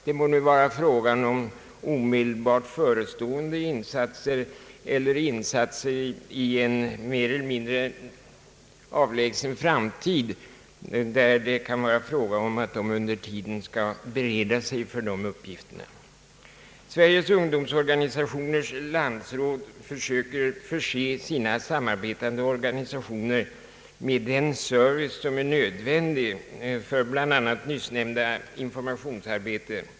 Det må nu vara fråga om omedelbart förestående insatser eller insatser i en mer eller mindre avlägsen framtid som de unga under tiden skulle kunna förbereda sig för. Sveriges ungdomsorganisationers landsråd försöker förse sina samarbetande organisationer med den service som är nödvändig för bl.a. nyssnämnda informationsarbete.